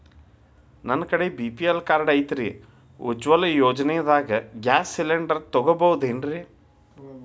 ನನ್ನ ಕಡೆ BPL card ಐತ್ರಿ, ಉಜ್ವಲಾ ಯೋಜನೆದಾಗ ಗ್ಯಾಸ್ ಸಿಲಿಂಡರ್ ತೊಗೋಬಹುದೇನ್ರಿ?